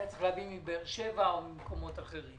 היה צריך להביא מבאר שבע או ממקומות אחרים.